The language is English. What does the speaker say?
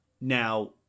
Now